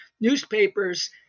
newspapers